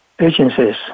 agencies